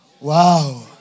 Wow